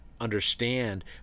understand